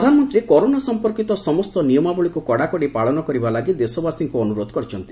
ପ୍ରଧାନମନ୍ତ୍ରୀ କରୋନା ସଂପର୍କୀତ ସମସ୍ତ ନିୟମାବଳୀକୁ କଡ଼ାକଡ଼ି ପାଳନ କରିବା ଲାଗି ଦେଶବାସୀଙ୍କୁ ଅନୁରୋଧ କରିଛନ୍ତି